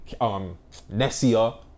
Nessia